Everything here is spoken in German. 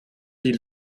die